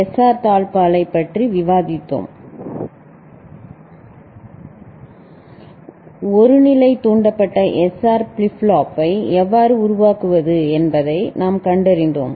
SR தாழ்ப்பாளைப் பற்றி விவாதித்தோம் ஒரு நிலை தூண்டப்பட்ட SR ஃபிளிப் ஃப்ளாப்பை எவ்வாறு உருவாக்குவது என்பதை நாங்கள் கண்டறிந்தோம்